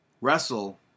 wrestle